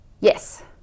Yes